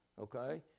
okay